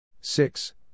six